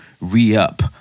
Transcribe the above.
re-up